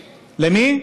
למי?